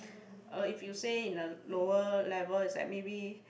uh if you say in a lower level is like maybe